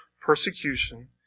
persecution